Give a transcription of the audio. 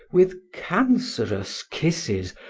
with cancerous kisses,